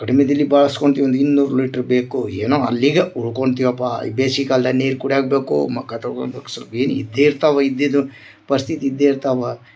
ಕಡಿಮೆದಲ್ಲಿ ಬಳ್ಸ್ಕೊಳ್ತೀವಿ ಇನ್ನೂರು ಲೀಟ್ರ್ ಬೇಕು ಏನೋ ಅಲ್ಲಿಗೆ ಉಳ್ಕೊಂತೀವಪ್ಪ ಈ ಬೇಸಿಗೆ ಕಾಲ್ದಾಗ ನೀರು ಕುಡಿಯಾಕ್ಬೋಕು ಮುಖ ತೊಳ್ಕಳಕ್ ಸೊಲ್ಪ ಇದು ಏನು ಇದ್ದೆ ಇರ್ತಾವ ಇದಿದ್ದು ಪರಿಸ್ಥಿತಿ ಇದ್ದೇ ಇರ್ತಾವ